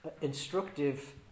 instructive